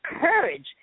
courage